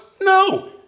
no